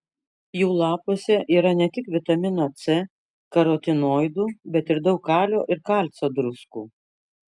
jų lapuose yra ne tik vitamino c karotinoidų bet ir daug kalio ir kalcio druskų